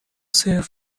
سرو